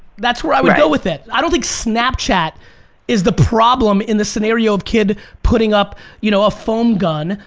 that's where i would go with it. i don't think snapchat is the problem in the scenario of kid putting up you know a foam gun.